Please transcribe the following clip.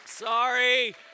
Sorry